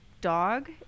dog